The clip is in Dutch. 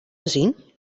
gezien